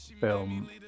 film